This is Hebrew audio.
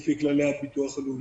לפי כללי הביטוח הלאומי.